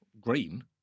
green